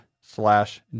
slash